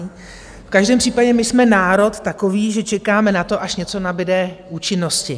V každém případě my jsme národ takový, že čekáme na to, až něco nabyde účinnosti.